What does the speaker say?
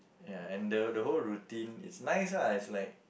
ya and the whole routine is nice lah as like